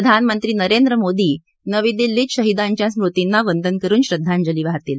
प्रधानमंत्री नरेंद्र मोदी नवी दिल्लीत शहीदांच्या स्मृतींना वंदन करुन श्रद्धांजली वाहतील